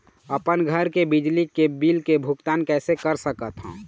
अपन घर के बिजली के बिल के भुगतान कैसे कर सकत हव?